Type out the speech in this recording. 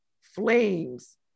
flames